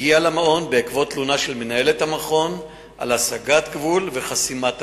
הגיעה למעון עקב תלונה של מנהלת המעון על הסגת גבול ועל חסימת המעון.